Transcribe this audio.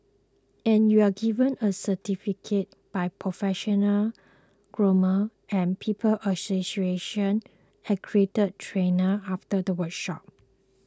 and you are given a certificate by professional groomer and People's Association accredited trainer after the workshop